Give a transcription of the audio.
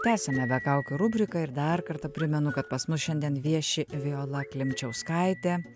tęsiame be kaukių rubriką ir dar kartą primenu kad pas mus šiandien vieši viola klimčiauskaitė